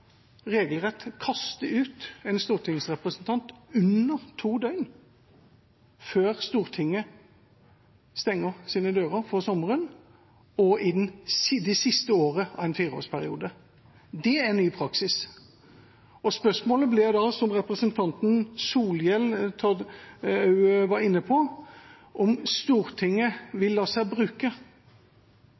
regelrett å kaste ut en stortingsrepresentant under to døgn før Stortinget stenger sine dører for sommeren og i det siste året av en fireårsperiode. Det er en ny praksis. Spørsmålet blir da, som representanten Solhjell også var inne på, om Stortinget vil la seg bruke